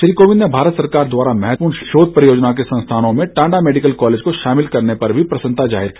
श्री कोविंद ने भारत सरकार द्वारा महत्वपूर्ण शोध परियोजनाओं के संस्थानों में टांडा मेडिकल कॉलेज को शामिल करने पर भी प्रसन्नता जाहिर की